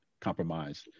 compromise